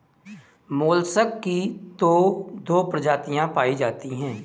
mollusc की तो दो प्रजातियां पाई जाती है